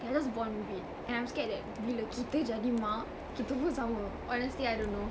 they are just born with it and I'm scared that bila kita jadi mak kita pun sama honestly I don't know